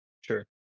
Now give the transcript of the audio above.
Sure